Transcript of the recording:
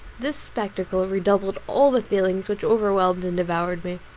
this spectacle redoubled all the feelings which overwhelmed and devoured me.